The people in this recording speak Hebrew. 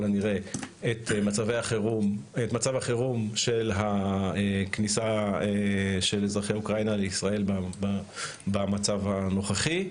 הנראה את מצב החירום של הכניסה של אזרחי אוקראינה לישראל במצב הנוכחי,